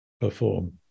perform